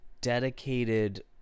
dedicated